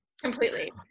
completely